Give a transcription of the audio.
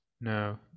No